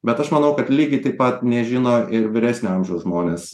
bet aš manau kad lygiai taip pat nežino ir vyresnio amžiaus žmonės